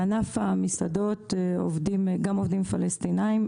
בענף המסעדות עובדים גם עובדים פלסטינאים,